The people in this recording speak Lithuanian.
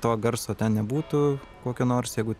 to garso ten nebūtų kokio nors jeigu